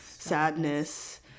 sadness